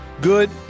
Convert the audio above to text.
Good